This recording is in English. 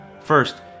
First